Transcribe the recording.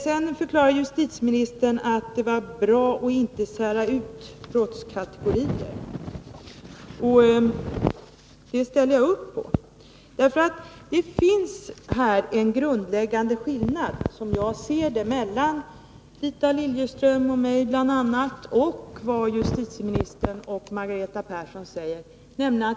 Sedan förklarar justitieministern att det var bra att inte särskilja brottskategorier. Det ställer jag mig bakom. Det finns här en grundläggande skillnad, som jag ser det, mellan å ena sidan bl.a. Rita Liljeström och mig och å andra sidan justitieministern och Margareta Persson.